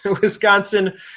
Wisconsin